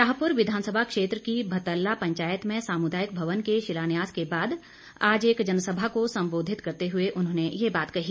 शाहपुर विधानसभा क्षेत्र की भतल्ला पंचायत में सामुदायिक भवन के शिलान्यास के बाद आज एक जनसभा को संबोधित करते हुए उन्होंने ये बात कही